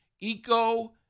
eco